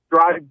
drive